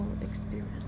experience